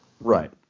Right